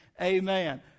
Amen